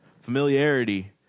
Familiarity